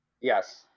Yes